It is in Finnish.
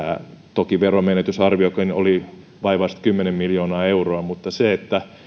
toki veronmenetysarviokin oli vaivaiset kymmenen miljoonaa euroa mutta se että